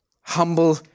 humble